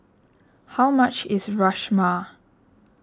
how much is Rajma